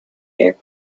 air